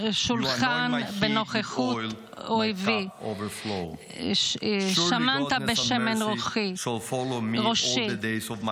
תערֹך לפנַי שֻלחן נגד צֹררָי דִשנתָ בשׁמן ראשי כוסי רוָיה.